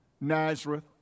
Nazareth